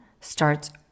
Starts